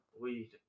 weed